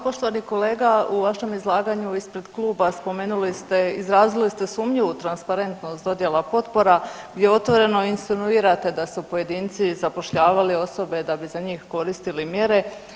Poštovani kolega, u vašem izlaganju ispred kluba spomenuli ste, izrazili ste sumnju u transparentnost dodjela potpora gdje otvoreno insinuirate da su pojedinci zapošljavali osobe da bi za njih koristili mjere.